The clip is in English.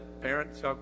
Parents